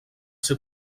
ser